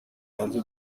hanze